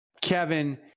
Kevin